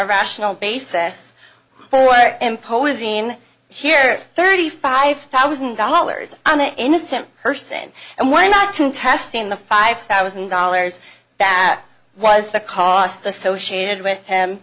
rational basis for imposing here thirty five thousand dollars on the innocent person and we're not contesting the five thousand dollars that was the cost associated with him